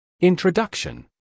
Introduction